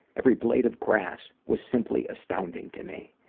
every blade of grass was simply astounding to me.